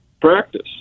practice